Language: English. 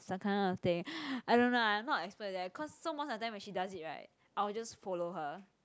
some kind of thing I don't know ah I'm not an expert eh cause so most of the time when she does it right I will just follow her